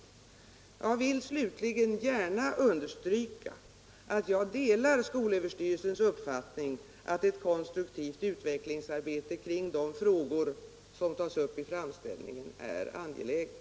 Slutligen vill jag gärna understryka att jag delar skolöverstyrelsens uppfattning att ett konstruktivt utvecklingsarbete kring de frågor som tas upp 1 framställningen är angeläget.